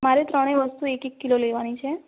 મારે ત્રણેય વસ્તુ એક એક કિલો લેવાની છે